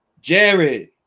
Jared